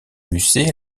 musset